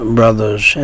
brothers